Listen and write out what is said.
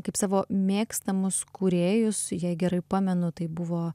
kaip savo mėgstamus kūrėjus jei gerai pamenu tai buvo